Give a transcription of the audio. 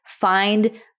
find